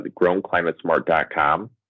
grownclimatesmart.com